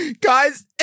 Guys